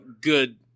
good